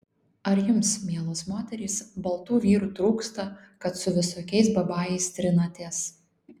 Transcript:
ar jums mielos moterys baltų vyrų trūksta kad su visokiais babajais trinatės